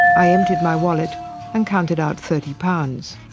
i emptied my wallet and counted out thirty pounds.